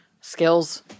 skills